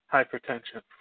Hypertension